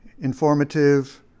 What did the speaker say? informative